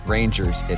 Rangers